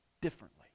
differently